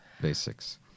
Basics